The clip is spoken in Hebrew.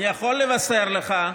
אני יכול לבשר לך,